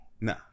Nah